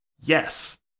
Yes